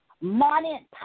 money